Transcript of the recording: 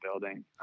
building